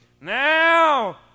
Now